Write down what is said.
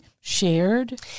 shared